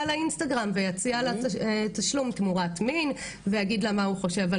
לאינסטגרם ויציע לה תשלום תמורת מין ויגיד לה מה הוא חושב על